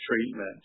treatment